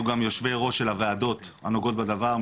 יהיו גם יושבי ראש של הוועדות הנוגעות בדבר,